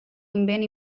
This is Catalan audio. invent